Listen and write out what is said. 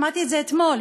שמעתי את זה אתמול,